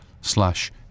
slash